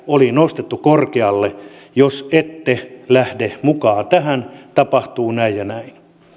oli nostettu korkealle jos ette lähde mukaan tähän tapahtuu näin ja näin